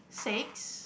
six